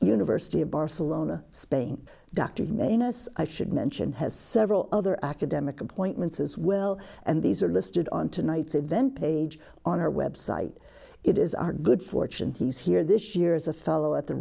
university of barcelona spain dr you may notice i should mention has several other academic appointments as well and these are listed on tonight's event page on our website it is our good fortune he's here this year is a fellow at the